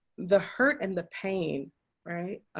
the hurt and the pain right?